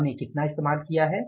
हमने कितना इस्तेमाल किया है